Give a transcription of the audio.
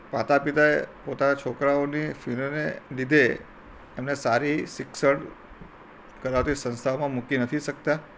માતાપિતાએ પોતાના છોકરાઓની ફીઓને લીધે એમને સારી શિક્ષણ કરાવતી સંસ્થાઓમાં મૂકી નથી શકતા